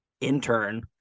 intern